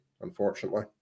unfortunately